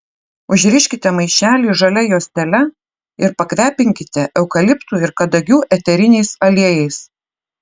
užriškite maišelį žalia juostele ir pakvepinkite eukaliptų ir kadagių eteriniais aliejais